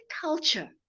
culture